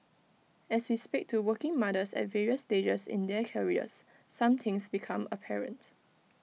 as we speak to working mothers at various stages in their careers some things become apparent